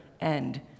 end